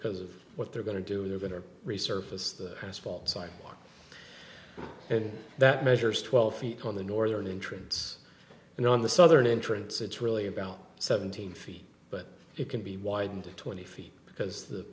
because of what they're going to do we're going to resurface the asphalt sidewalk and that measures twelve feet on the northern entrance and on the southern entrance it's really about seventeen feet but it can be widened to twenty feet because the